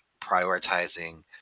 prioritizing